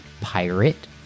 pirate